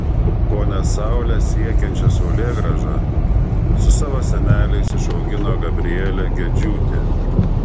kone saulę siekiančią saulėgrąžą su savo seneliais išaugino gabrielė gedžiūtė